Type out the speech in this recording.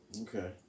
Okay